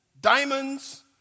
diamonds